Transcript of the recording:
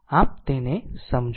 આમ તેને સમજો